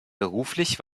beruflich